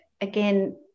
again